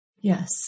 Yes